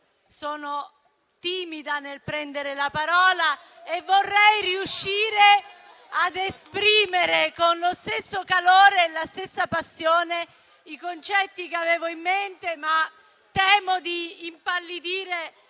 sono timida nel prendere la parola e vorrei riuscire ad esprimere con lo stesso calore e la stessa passione i concetti che avevo in mente, ma temo di impallidire